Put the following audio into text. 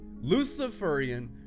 luciferian